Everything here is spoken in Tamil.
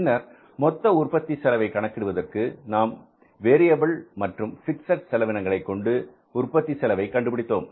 பின்னர் மொத்த உற்பத்தி செலவை கணக்கிடுவதற்கு நாம் வேரியபில் மற்றும் பிக்ஸட் செலவினங்களை கொண்டு உற்பத்தி செலவை கண்டுபிடித்தோம்